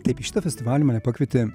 taip į šitą festivalį mane pakvietė